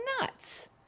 nuts